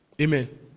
Amen